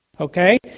okay